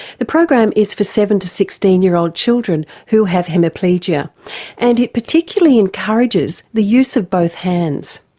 the program is for seven to sixteen year old children who have hemiplegia and it particularly encourages the use of both hands.